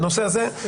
זה בנושא הזה.